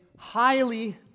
Highly